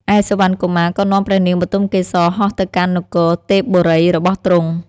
ឯសុវណ្ណកុមារក៏នាំព្រះនាងបទុមកេសរហោះទៅកាន់នគរទេពបុរីរបស់ទ្រង់។